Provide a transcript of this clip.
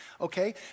okay